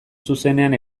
zuzenean